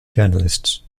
journalists